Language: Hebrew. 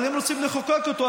אבל אם רוצים לחוקק אותו,